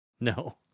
No